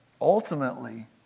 Ultimately